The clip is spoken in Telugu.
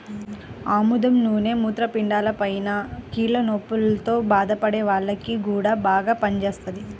ఆముదం నూనె మూత్రపిండాలపైన, కీళ్ల నొప్పుల్తో బాధపడే వాల్లకి గూడా బాగా పనిజేత్తది